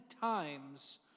times